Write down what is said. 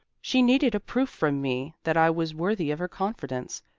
she needed a proof from me that i was worthy of her confidence.